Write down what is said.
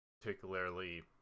particularly